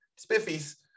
spiffies